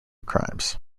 crimes